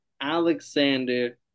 Alexander